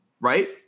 right